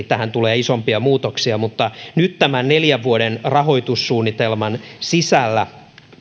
tähän tulee isompia muutoksia mutta nyt tämän neljän vuoden rahoitussuunnitelman sisällä